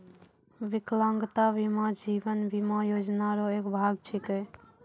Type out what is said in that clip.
बिकलांगता बीमा जीवन बीमा योजना रो एक भाग छिकै